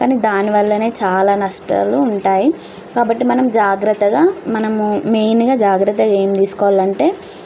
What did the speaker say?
కానీ దానివల్లనే చాలా నష్టాలు ఉంటాయి కాబట్టి మనం జాగ్రత్తగా మనము మెయిన్గా జాగ్రత్తలు ఏం తీసుకోవాలి అంటే